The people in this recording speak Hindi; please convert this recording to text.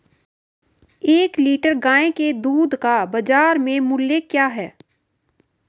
एक लीटर गाय के दूध का बाज़ार मूल्य क्या है?